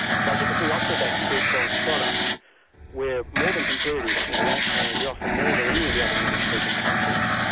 so i think if we offered that three-pronged product we're more than competitive internationally, we offer more than any of the other english-speaking countries,